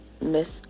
Miss